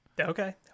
Okay